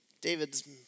David's